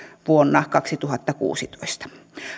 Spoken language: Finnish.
vuonna kaksituhattakuusitoista